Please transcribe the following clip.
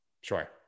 sure